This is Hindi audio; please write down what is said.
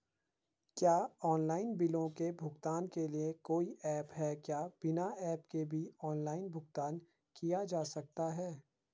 क्या ऑनलाइन बिलों के भुगतान के लिए कोई ऐप है क्या बिना ऐप के भी ऑनलाइन भुगतान किया जा सकता है?